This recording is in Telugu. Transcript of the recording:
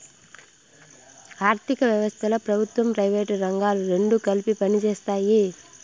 ఆర్ధిక వ్యవస్థలో ప్రభుత్వం ప్రైవేటు రంగాలు రెండు కలిపి పనిచేస్తాయి